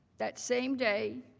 that same day,